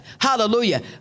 hallelujah